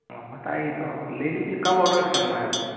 हाँ बताइए तो हम ले लेंगे कब ऑडर करना है आपको